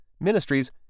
ministries